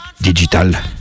Digital